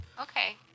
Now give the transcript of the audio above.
Okay